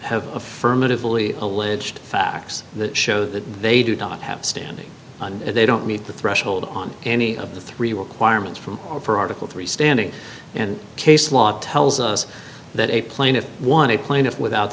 have affirmatively alleged facts that show that they do not have standing on if they don't meet the threshold on any of the three requirements from for article three standing in case law tells us that a plaintiff one a plaintiff without